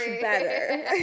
better